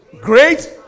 great